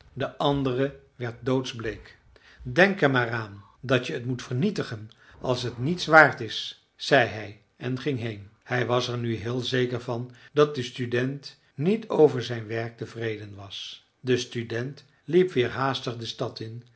de andere werd doodsbleek denk er maar aan dat je het moet vernietigen als het niets waard is zei hij en ging heen hij was er nu heel zeker van dat de student niet over zijn werk tevreden was de student liep weer haastig de stad in